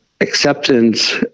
acceptance